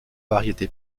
variété